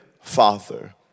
father